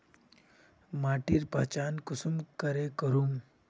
माटिर पहचान कुंसम करे करूम?